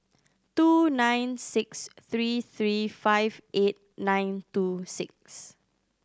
two nine six three three five eight nine two six